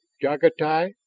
jagatai,